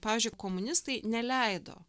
pavyzdžiui komunistai neleido